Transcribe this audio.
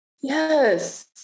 Yes